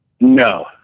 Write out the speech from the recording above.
No